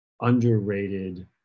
underrated